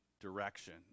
direction